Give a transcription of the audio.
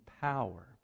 power